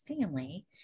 family